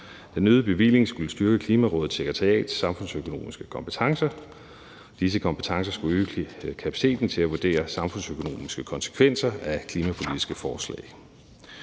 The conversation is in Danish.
Den øgede bevilling skulle styrke Klimarådets sekretariats samfundsøkonomiske kompetencer. Disse kompetencer skulle øge kapaciteten til at vurdere samfundsøkonomiske konsekvenser af klimapolitiske forslag.